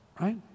Right